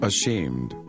Ashamed